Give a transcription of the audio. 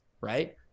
right